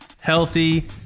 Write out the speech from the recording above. healthy